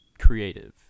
creative